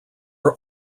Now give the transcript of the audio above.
are